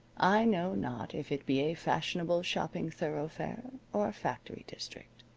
i know not if it be a fashionable shopping thoroughfare or a factory district.